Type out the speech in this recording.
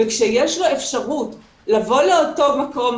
כשיש לו אפשרות לבוא לאותו מקום,